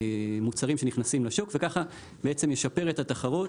המוצרים שנכנסים לשוק וככה בעצם ישפר את התחרות.